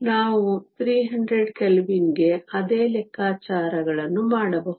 ನಾವು 300 ಕೆಲ್ವಿನ್ಗೆ ಅದೇ ಲೆಕ್ಕಾಚಾರಗಳನ್ನು ಮಾಡಬಹುದು